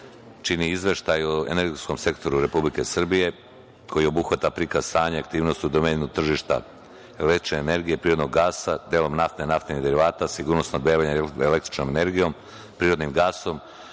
čini izveštaj o energetskom sektoru Republike Srbije, koji obuhvata prikaz stanja i aktivnosti u domenu tržišta električne energije, prirodnog gasa, nafte i naftnih derivata, sigurno snabdevanje električnom energijom, prirodnim gasom,